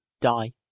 die